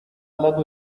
aldatu